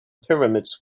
pyramids